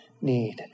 need